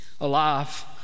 alive